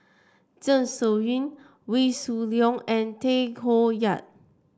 Zeng Shouyin Wee Shoo Leong and Tay Koh Yat